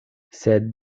sed